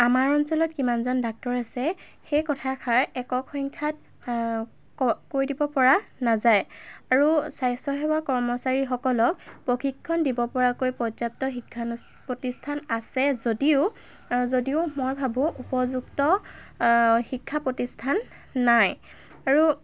আমাৰ অঞ্চলত কিমানজন ডাক্তৰ আছে সেই কথাষাৰ একক সংখ্যাত কৈ দিব পৰা নাযায় আৰু স্বাস্থ্যসেৱা কৰ্মচাৰীসকলক প্ৰশিক্ষণ দিব পৰাকৈ পৰ্য্য়াপ্ত শিক্ষানু প্ৰতিষ্ঠান আছে যদিও যদিও মই ভাবোঁ উপযুক্ত শিক্ষা প্ৰতিষ্ঠান নাই আৰু